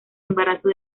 embarazo